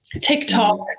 TikTok